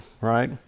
right